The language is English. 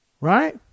right